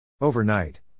Overnight